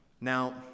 Now